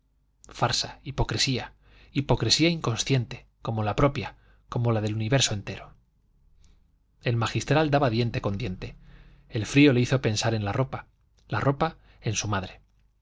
farsa hipocresía hipocresía inconsciente como la propia como la del universo entero el magistral daba diente con diente el frío le hizo pensar en la ropa la ropa en su madre